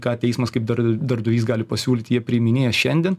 ką teismas kaip dar darbdavys gali pasiūlyt jie priiminėja šiandien